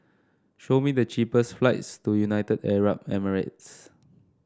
show me the cheapest flights to United Arab Emirates